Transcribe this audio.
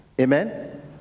amen